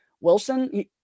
Wilson